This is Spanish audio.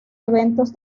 eventos